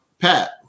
Pat